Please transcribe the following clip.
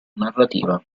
narrativa